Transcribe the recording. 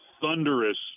thunderous